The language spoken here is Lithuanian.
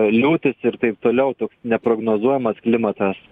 liūtys ir taip toliau toks neprognozuojamas klimatas